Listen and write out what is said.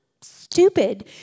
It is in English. stupid